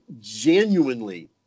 genuinely